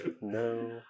No